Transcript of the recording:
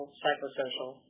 psychosocial